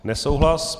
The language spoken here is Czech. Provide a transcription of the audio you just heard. Nesouhlas.